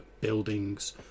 buildings